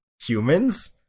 humans